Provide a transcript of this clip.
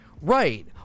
right